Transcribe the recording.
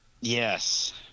Yes